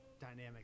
Dynamic